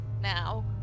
now